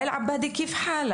עו"ד ואאיל עבאדי, מה שלומך?